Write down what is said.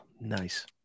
nice